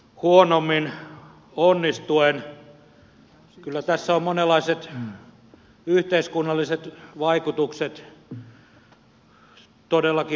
kyllä tässä ovat monenlaiset yhteiskunnalliset vaikutukset todellakin pohdinnassa